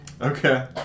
Okay